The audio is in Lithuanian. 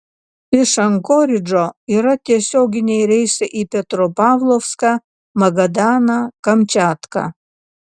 iš ankoridžo yra tiesioginiai reisai į petropavlovską magadaną kamčiatką